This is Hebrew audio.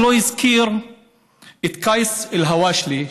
אף אחד לא הזכיר את קייס אל-הואשלה,